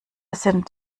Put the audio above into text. sind